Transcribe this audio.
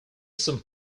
some